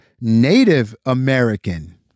Native-American